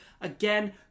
again